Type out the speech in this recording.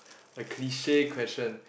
a cliche question